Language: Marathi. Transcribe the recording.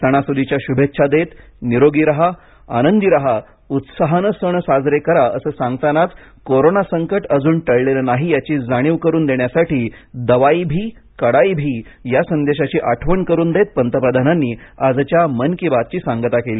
सणासुदीच्या शुभेच्छा देत निरोगी राहा आनंदी राहा उत्साहानं सण साजरे करा असं सांगतानाच कोरोना संकट अजून टळलेलं नाही याची जाणीव करून देण्यासाठी दवाई भी कडाई भी या संदेशाची आठवण करून देत पंतप्रधानांनी आजच्या मन की बात ची सांगता केली